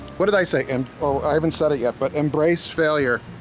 what did i say, and oh, i haven't said it yet, but embrace failure,